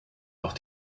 auch